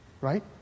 Right